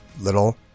little